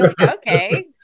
Okay